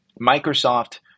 Microsoft